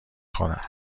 خورد